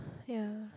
ya